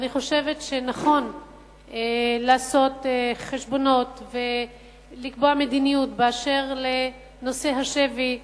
ואני חושבת שנכון לעשות חשבונות ולקבוע מדיניות באשר לנושא השבי,